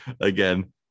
again